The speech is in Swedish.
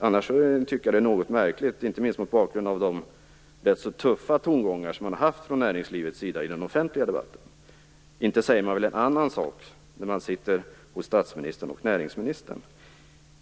Annars är det något märkligt, inte minst mot bakgrund av de rätt tuffa tongångarna från näringslivets sida i den offentliga debatten. Inte säger man väl en annan sak när man sitter hos statsministern och näringsministern?